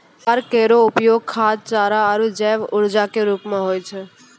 ज्वार केरो उपयोग खाद्य, चारा आरु जैव ऊर्जा क रूप म होय छै